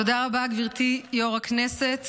תודה רבה, גברתי יושבת-ראש הישיבה.